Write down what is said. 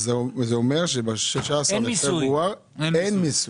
זה אומר שב-16 בפברואר אין מיסוי.